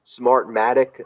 Smartmatic